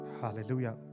Hallelujah